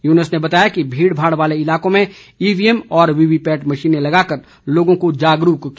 युनूस ने बताया कि भीड़ भाड़ वाले इलाकों में ईवीएम और वीवीपैट मशीने लगाकर लोगों को जागरूक किया जाएगा